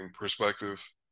perspective